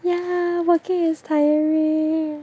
ya working is tiring